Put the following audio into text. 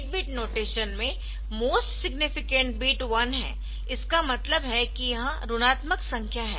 8 bit notation में most significant bit 1 है इसका मतलब है कि यह ऋणात्मक संख्या है